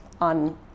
on